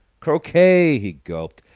croquet! he gulped,